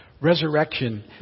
resurrection